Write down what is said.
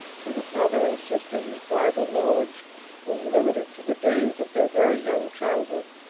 to the brother and sister whose bible knowledge was limited to the days of their very young childhood,